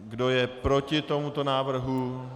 Kdo je proti tomuto návrhu?